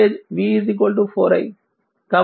కాబట్టి 4 0